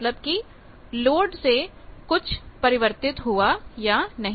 मतलब कि लोड से कुछ परिवर्तित हुआ या नहीं